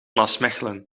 maasmechelen